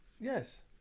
Yes